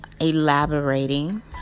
elaborating